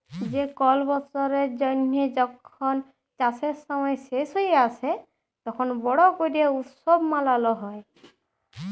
যে কল বসরের জ্যানহে যখল চাষের সময় শেষ হঁয়ে আসে, তখল বড় ক্যরে উৎসব মালাল হ্যয়